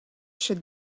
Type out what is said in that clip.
should